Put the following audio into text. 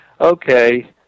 okay